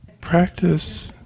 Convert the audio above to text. Practice